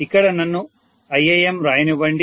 ఇక్కడ నన్ను Iam వ్రాయనివ్వండి